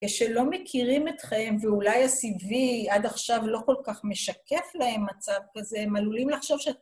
כשלא מכירים אתכם, ואולי הסביבי עד עכשיו לא כל כך משקף להם מצב כזה, הם עלולים לחשוב שאתם...